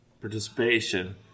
participation